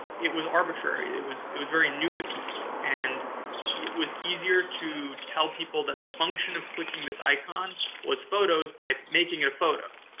it was arbitrary. it was it was very new to people. and it was easier to tell people that the function of clicking this icon was photos by making a photo.